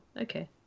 okay